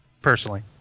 Personally